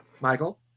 Michael